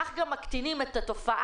כך גם מקטינים את התופעה,